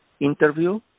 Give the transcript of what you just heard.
interview